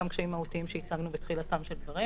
שהצגנו בתחילתם של דברים.